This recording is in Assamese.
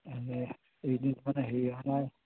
এইকেইদিন মানে হেৰি আহা নাই